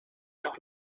noch